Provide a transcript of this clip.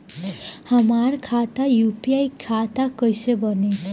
हमार खाता यू.पी.आई खाता कईसे बनी?